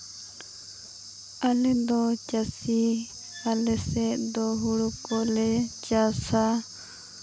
ᱟᱹᱞᱮ ᱫᱚ ᱪᱟᱹᱥᱤ ᱟᱞᱮᱥᱮᱫ ᱫᱚ ᱦᱩᱲᱩ ᱠᱚᱞᱮ ᱪᱟᱥᱟ